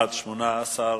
13),